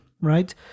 right